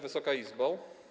Wysoka Izbo!